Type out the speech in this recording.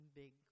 big